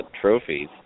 trophies